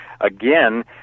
again